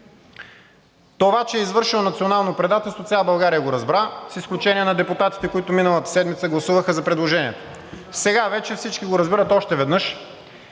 Това, че е извършено национално предателство, цяла България го разбра, с изключение на депутатите, които миналата седмица гласуваха за предложението. Сега вече всички го разбират още веднъж